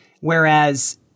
whereas